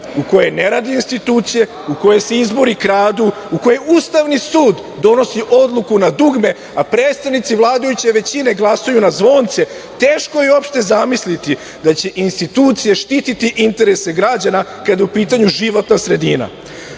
u kojoj ne rade institucije, u kojoj se izbori kradu, u kojoj Ustavni sud donosi odluku na dugme, a predstavnici vladajuće većine glasaju na zvonce, teško je uopšte zamisliti da će institucije štititi interese građana kada je u pitanju životna sredina.